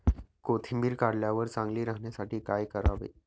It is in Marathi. कोथिंबीर काढल्यावर चांगली राहण्यासाठी काय करावे?